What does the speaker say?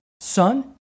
Son